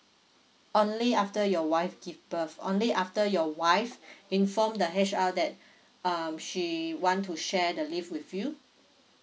only after your wife give birth only after your wife inform the H_R that um she want to share the leave with you